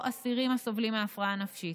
או אסירים הסובלים מהפרעה נפשית.